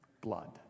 blood